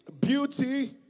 Beauty